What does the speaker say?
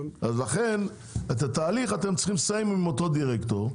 לכן את התהליך אתם צריכים לסיים עם אותו דירקטור,